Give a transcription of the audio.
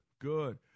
good